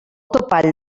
topall